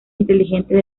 inteligentes